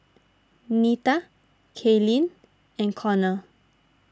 Nita Kaylynn and Konnor